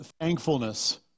thankfulness